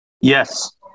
Yes